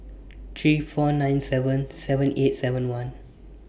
three four nine seven seven eight seven one